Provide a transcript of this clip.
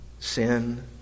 sin